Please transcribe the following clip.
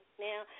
Now